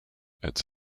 its